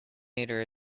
meter